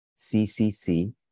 CCC